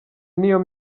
niyo